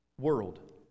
world